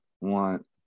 want